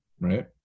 right